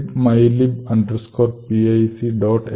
plt libmylib pic